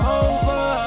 over